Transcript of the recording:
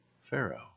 Pharaoh